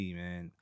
man